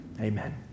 amen